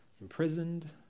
imprisoned